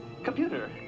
Computer